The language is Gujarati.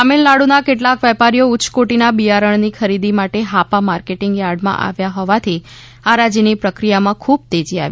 તામિલનાડુના કેટલાક વેપારીઓ ઉચ્ય કોટીના બિયારણ ખરીદી માટે હાપા માર્કેટીંગ યાર્ડમાં આવ્યા હોવાથ હરાજીની પ્રક્રિયામાં ખુબ તેજી આવી